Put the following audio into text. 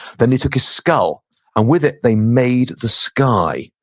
then they took his skull and with it, they made the sky,